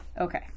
okay